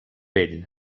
ell